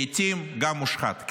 לעיתים גם מושחת.